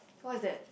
what is that